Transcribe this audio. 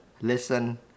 listen